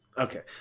Okay